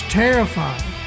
terrified